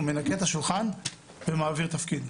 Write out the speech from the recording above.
הוא מנקה את השולחן ומעביר תפקיד.